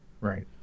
Right